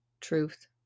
truth